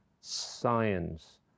science